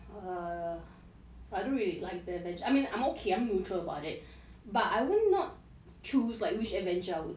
err I don't really like the avenger I mean I'm okay I'm neutral about it but I will not choose like which avenger I would be